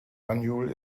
banjul